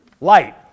Light